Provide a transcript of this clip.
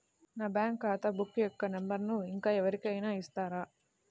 నా బ్యాంక్ ఖాతా బుక్ యొక్క నంబరును ఇంకా ఎవరి కైనా ఇస్తారా?